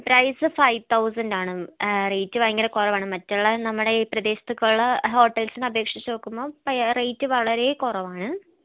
price five thousand ആണ് rate ഭയങ്കര കുറവാണ് മറ്റുള്ള നമ്മുടെ ഈ പ്രദേശത്തേക്കുള്ള ഹോട്ടൽസിനെ അപേക്ഷിച്ച് നോക്കുമ്പോൾ റേറ്റ് വളരെ കുറവാണ്